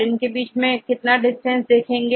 किसके बीच में डिस्टेंस देखेंगे